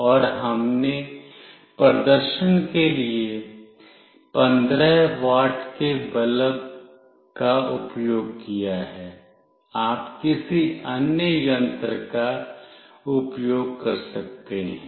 और हमने प्रदर्शन के लिए 15 वाट के बल्ब का उपयोग किया है आप किसी अन्य यंत्र का उपयोग कर सकते हैं